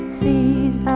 sees